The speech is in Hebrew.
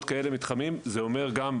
מיוחד "והדרת פני זקן" המתקיים היום בכנסת,